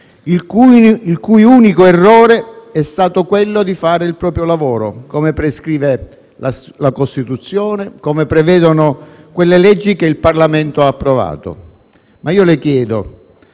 il cui unico errore è stato quello di fare il proprio lavoro, come prescrive la Costituzione e come prevedono quelle leggi che il Parlamento ha approvato. Ma io le chiedo: